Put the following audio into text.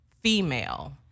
female